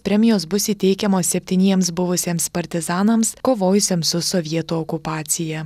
premijos bus įteikiamas septyniems buvusiems partizanams kovojusiems su sovietų okupacija